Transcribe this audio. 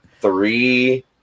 Three